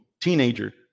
teenager